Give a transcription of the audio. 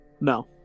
No